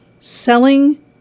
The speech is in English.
Selling